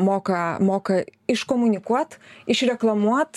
moka moka iškomunikuot išreklamuot